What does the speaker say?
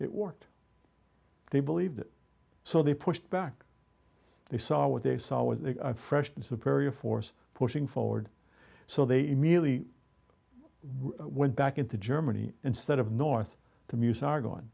it worked they believed it so they pushed back they saw what they saw was a freshman superior force pushing forward so they immediately went back into germany instead of north to mews are go